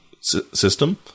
system